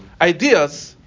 ideas